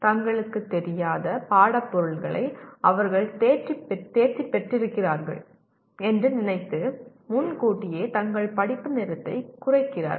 தங்களுக்குத் தெரியாத பாடப் பொருள்களை அவர்கள் தேர்ச்சி பெற்றிருக்கிறார்கள் என்று நினைத்து முன்கூட்டியே தங்கள் படிப்பு நேரத்தை குறைக்கிறார்கள்